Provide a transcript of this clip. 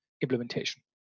implementation